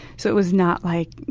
so it was not like,